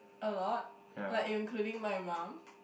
a lot like including my mum